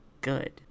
Good